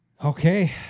Okay